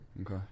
Okay